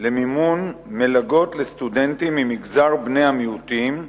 למימון מלגות לסטודנטים ממגזר בני המיעוטים,